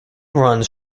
runs